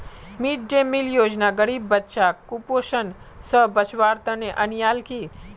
mid day meal योजना गरीब बच्चाक कुपोषण स बचव्वार तने अन्याल कि